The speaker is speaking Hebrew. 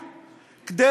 בבקשה.